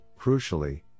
crucially